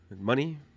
Money